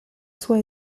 sua